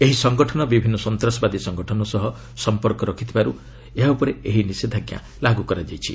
ଏହି ସଙ୍ଗଠନ ବିଭିନ୍ନ ସନ୍ତାସବାଦୀ ସଙ୍ଗଠନ ସହ ସମ୍ପର୍କ ରଖିଥିବାରୁ ଏହା ଉପରେ ଏହି ନିଷେଧାଜ୍ଞା ଲାଗୁ କରାଯାଇଛି